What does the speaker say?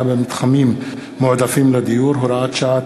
במתחמים מועדפים לדיור (הוראת שעה),